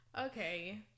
Okay